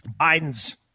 Biden's